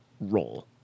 role